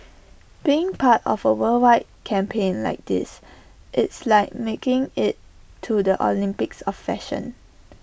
being part of A worldwide campaign like this it's like making IT to the Olympics of fashion